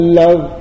love